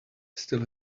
still